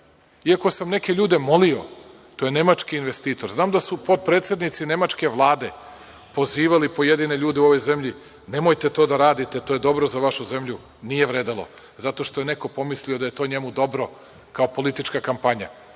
Iako sam neke ljude molio, to je Nemački investitor, znam da su potpredsednici Nemačke Vlade pozivali pojedine ljude u ovoj zemlji, nemojte to da radite, to je dobro za vašu zemlju. Nije vredelo zato što je neko pomislio da je to njemu dobro kao politička kampanja